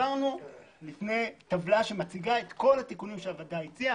הבאנו טבלה שמציגה את כל התיקונים שהוועדה הציעה,